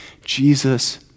Jesus